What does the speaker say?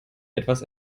etwas